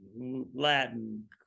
Latin